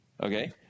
okay